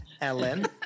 Ellen